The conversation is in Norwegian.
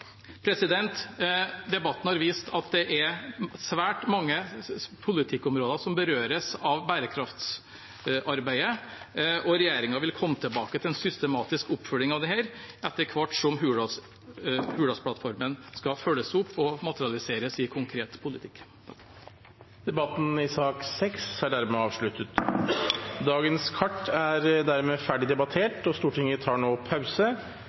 Debatten har vist at det er svært mange politikkområder som berøres av bærekraftsarbeidet, og regjeringen vil komme tilbake til en systematisk oppfølging av dette etter hvert som Hurdalsplattformen skal følges opp og materialiseres i konkret politikk. Debatten i sak nr. 6 er dermed avsluttet. Dagens kart er dermed ferdig debattert, og Stortinget tar nå pause.